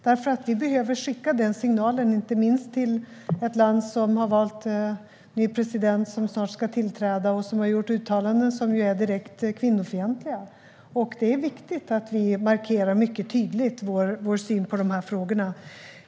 Vi behöver nämligen skicka den signalen, inte minst till ett land där man har valt en ny president som snart ska tillträda och som har gjort direkt kvinnofientliga uttalanden. Det är viktigt att vi markerar vår syn på dessa frågor mycket tydligt.